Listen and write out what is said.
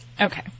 Okay